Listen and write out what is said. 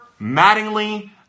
Mattingly